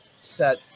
set